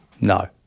No